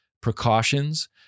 precautions